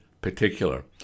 particular